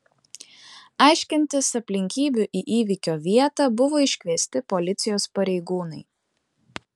aiškintis aplinkybių į įvykio vietą buvo iškviesti policijos pareigūnai